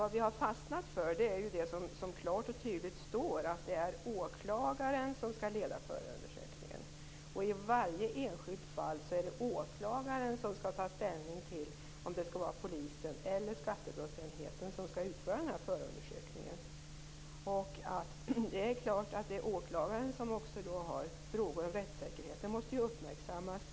Vad vi har fastnat för är dock, vilket klart och tydligt anges, att det är åklagaren som skall leda förundersökningen. Det är i varje enskilt fall åklagaren som skall ta ställning till om polisen eller skattebrottsenheten skall genomföra förundersökningen. Det är klart att också då frågor om rättssäkerheten måste uppmärksammas.